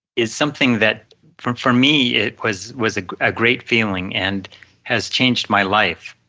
is something that for me, it was was ah a great feeling and has changed my life